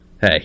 hey